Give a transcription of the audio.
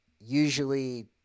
usually